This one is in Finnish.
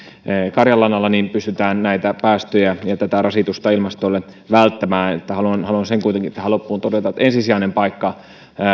karjanlannalla pystytään näitä päästöjä ja tätä rasitusta ilmastolle välttämään haluan haluan sen tähän loppuun todeta että sen ensisijaisen paikan